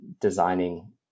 designing